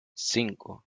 cinco